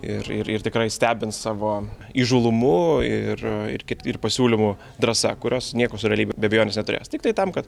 ir ir ir tikrai stebins savo įžūlumu ir ir pasiūlymų drąsa kurios nieko su realybe be abejonės neturės tiktai tam kad